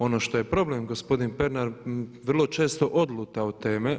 Ono što je problem gospodin Pernar vrlo često odluta od teme.